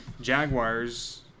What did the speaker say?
Jaguars